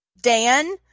Dan